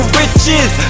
riches